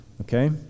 Okay